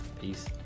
Peace